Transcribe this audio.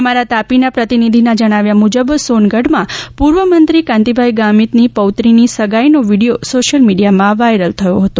અમારા તાપીના પ્રતિનિધિના જણાવ્યા મુજબ સોનગઢમાં પૂર્વમંત્રી કાંતિભાઇ ગામિતની પૌત્રીની સગાઇનો વિડિયો સોશિયલ મિડીયામાં વાયરલ થયો હતો